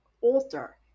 alter